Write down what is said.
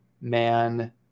man